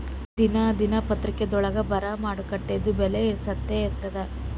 ದಿನಾ ದಿನಪತ್ರಿಕಾದೊಳಾಗ ಬರಾ ಮಾರುಕಟ್ಟೆದು ಬೆಲೆ ಸತ್ಯ ಇರ್ತಾದಾ?